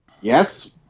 yes